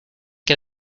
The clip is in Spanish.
que